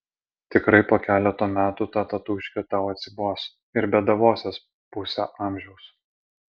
tikrai po keleto metų ta tatūškė tau atsibos ir bėdavosies pusę amžiaus